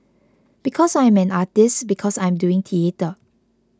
because I am an artist because I am doing theatre